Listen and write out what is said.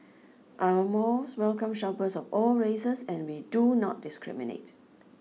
our malls welcome shoppers of all races and we do not discriminate